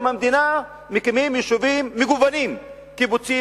המדינה מקימים יישובים מגוונים: קיבוצים,